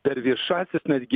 per viešąsias netgi